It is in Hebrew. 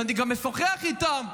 ואני גם משוחח איתן,